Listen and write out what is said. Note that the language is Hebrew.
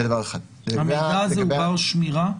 המידע זה בר שמירה?